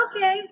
okay